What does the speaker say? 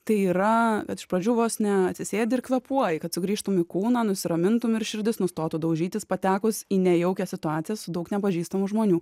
tai yra iš pradžių vos ne atsisėdi ir kvėpuoji kad sugrįžtum į kūną nusiramintum ir širdis nustotų daužytis patekus į nejaukią situaciją su daug nepažįstamų žmonių